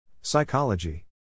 Psychology